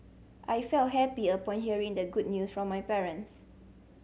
I felt happy upon hearing the good news from my parents